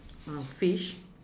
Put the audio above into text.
uh fish